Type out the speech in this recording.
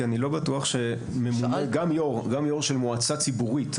גם יו"ר של מועצה ציבורית,